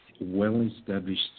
well-established